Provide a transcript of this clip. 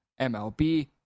MLB